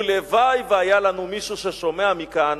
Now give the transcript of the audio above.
ולוואי שהיה לנו מישהו ששומע מכאן